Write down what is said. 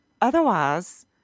Otherwise